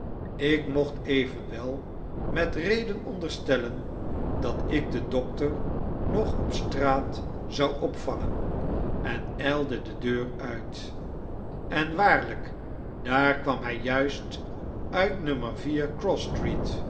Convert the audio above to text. ik mocht evenwel met reden onderstellen dat ik den dokter nog op straat zou opvangen en ylde de deur uit en waarlyk daar kwam hy juist uit